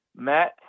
Matt